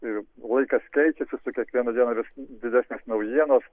ir laikas keičiasi su kiekviena diena vis didesnės naujienos